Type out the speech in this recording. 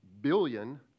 billion